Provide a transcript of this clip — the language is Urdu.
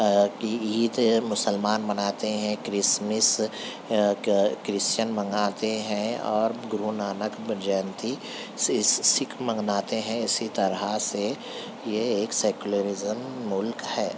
عید مسلمان مناتے ہیں کرسمس کرسچن مناتے ہیں اور گرونانک جینتی سس سِکھ مناتے ہیں اسی طرح سے یہ ایک سیکولرزم ملک ہے